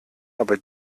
aber